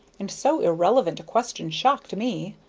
and so irrelevant a question shocked me.